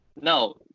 No